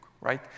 right